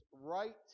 right